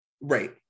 Right